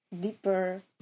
deeper